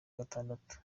gatandatu